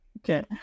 Okay